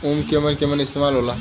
उव केमन केमन इस्तेमाल हो ला?